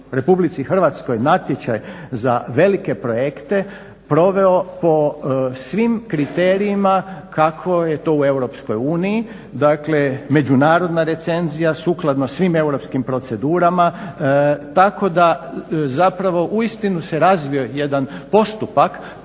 u RH natječaj za velike projekte proveo po svim kriterijima kako je to u EU, dakle međunarodna recenzija sukladno svim europskim procedurama tako da zapravo uistinu se razvio jedan postupak